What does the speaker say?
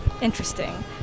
Interesting